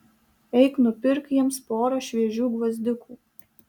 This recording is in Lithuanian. eik nupirk jiems porą šviežių gvazdikų